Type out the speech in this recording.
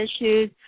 issues